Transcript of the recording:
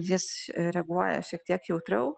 jis reaguoja šiek tiek jautriau